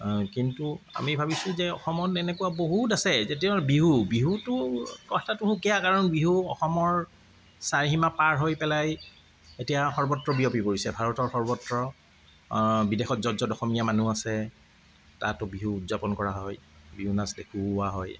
কিন্তু আমি ভাবিছোঁ যে অসমত এনেকুৱা বহুত আছে যে তেওঁৰ বিহু বিহুতোৰ কথাটো সুকীয়া বিহু অসমৰ চাৰি সীমা পাৰ হৈ পেলাই এতিয়া সৰ্বত্ৰ বিয়পি পৰিছে সৰ্বত্ৰ বিদেশত য'ত য'ত অসমীয়া মানুহ আছে তাতো বিহু উদযাপন কৰা হয় বিহু নাচ দেখুওৱা হয়